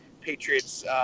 Patriots